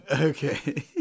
Okay